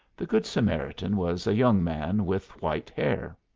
the good samaritan was a young man with white hair.